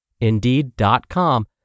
Indeed.com